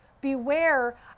Beware